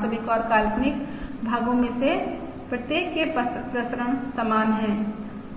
वास्तविक और काल्पनिक भागों में से प्रत्येक के प्रसरण समान हैं